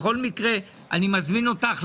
בכל מקרה אני מזמין אותך,